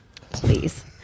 Please